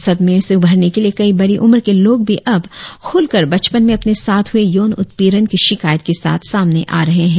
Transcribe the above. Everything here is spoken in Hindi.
सदमें से उबरने के लिए कई बड़ी उम्र के लोग भी अब खुलकर बचपन में अपने साथ हुए यौन उत्पीड़न की शिकायत के साथ सामने आ रहे हैं